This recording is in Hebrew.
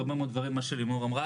בהרבה מאוד מה שלימור אמרה,